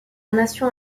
nation